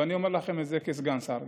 ואני אומר לכם את זה כסגן שר,